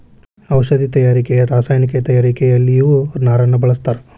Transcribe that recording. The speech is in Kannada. ಔಷದಿ ತಯಾರಿಕೆ ರಸಾಯನಿಕ ತಯಾರಿಕೆಯಲ್ಲಿಯು ನಾರನ್ನ ಬಳಸ್ತಾರ